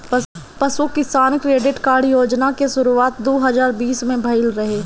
पशु किसान credit card योजना के शुरुआत दू हज़ार बीस में भइल रहे